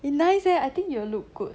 eh nice leh I think you will look good